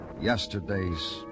Yesterday's